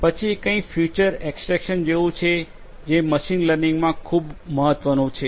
પછી કંઈક feature extraction જેવું છે જે મશીન લર્નિંગમાં ખૂબ મહત્વનું છે